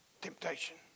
temptation